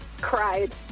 Cried